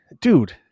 dude